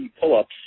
pull-ups